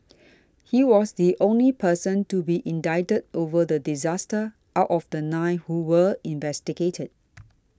he was the only person to be indicted over the disaster out of the nine who were investigated